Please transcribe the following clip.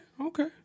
okay